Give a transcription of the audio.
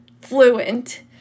fluent